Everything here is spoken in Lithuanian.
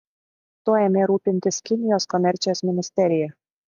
tuo ėmė rūpintis kinijos komercijos ministerija